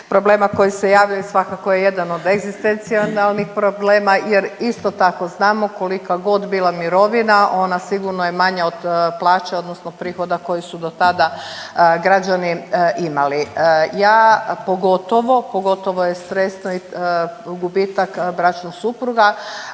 problema koji se javljaju svakako je jedan od egzistencionalnih problema, jer isto tako znamo kolika god bila mirovina ona sigurno je manja od plaće, odnosno prihoda koji su do tada građani imali. Ja pogotovo, pogotovo je stresno gubitak bračnog supruga